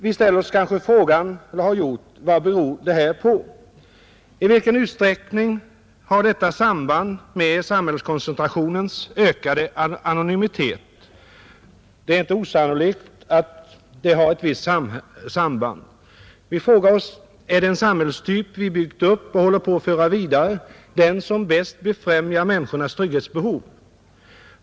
Vi har kanske ställt oss frågan: Vad beror det här på? I vilken utsträckning har detta samband med samhällskoncentrationens ökade anonymitet? Det är inte osannolikt att det finns ett visst samband, Vi frågar oss: Är den samhällstyp vi byggt upp och håller på att föra vidare den som bäst befrämjar människornas trygghetsbehov?